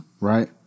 right